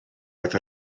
oedd